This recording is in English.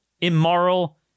immoral